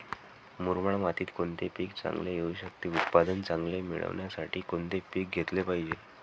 मुरमाड मातीत कोणते पीक चांगले येऊ शकते? उत्पादन चांगले मिळण्यासाठी कोणते पीक घेतले पाहिजे?